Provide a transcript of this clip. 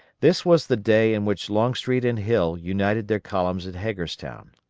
this was the day in which longstreet and hill united their columns at hagerstown.